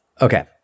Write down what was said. Okay